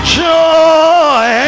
joy